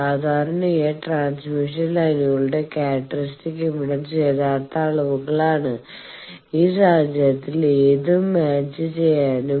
സാധാരണയായി ട്രാൻസ്മിഷൻ ലൈനുകളുടെ characteristic impedance യഥാർത്ഥ അളവുകളാണ് ഈ സാഹചര്യത്തിൽ അത് മാച്ച് ചെയ്യാനാകും